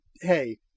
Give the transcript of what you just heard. Hey